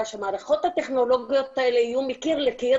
שהמערכות הטכנולוגיות האלה יהיו מקיר לקיר